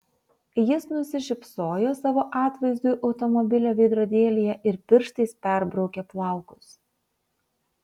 jis nusišypsojo savo atvaizdui automobilio veidrodėlyje ir pirštais perbraukė plaukus